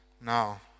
now